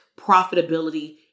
profitability